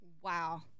Wow